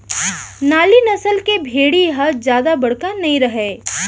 नाली नसल के भेड़ी ह जादा बड़का नइ रहय